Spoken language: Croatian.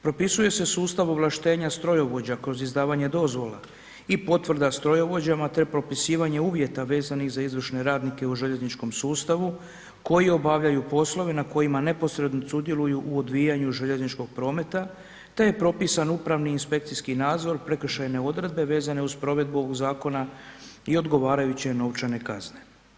Propisuje se sustav ovlaštenja strojovođa kroz izdavanje dozvola i potvrda strojovođama te propisivanje uvjeta vezanih za izvršne radnike u željezničkom sustavu koji obavljaju poslove na kojima neposredno sudjeluju u odvijanju željezničkog prometa te je propisan upravni inspekcijski nadzor, prekršajne odredbe vezane uz provedbu ovog zakona i ogovarajuće novčane kazne.